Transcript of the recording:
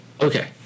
Okay